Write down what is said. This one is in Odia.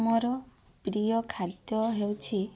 ମୋର ପ୍ରିୟ ଖାଦ୍ୟ ହେଉଛି